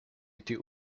était